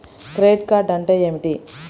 Credit card అంటే ఏమిటి?